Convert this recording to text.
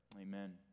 amen